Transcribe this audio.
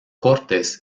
cortes